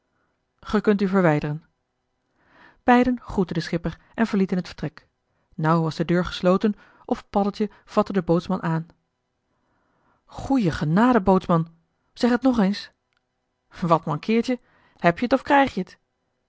ge kunt u verwijderen beiden groetten den schipper en verlieten het vertrek nauw was de deur gesloten of paddeltje vatte den bootsman aan goeie genade bootsman zeg het nog eens wat mankeert je heb-je t of krijg je t